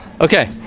Okay